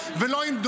עם הרייטינג,